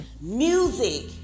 Music